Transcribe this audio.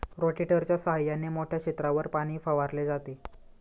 रोटेटरच्या सहाय्याने मोठ्या क्षेत्रावर पाणी फवारले जाते